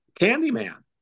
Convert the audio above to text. Candyman